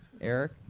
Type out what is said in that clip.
Eric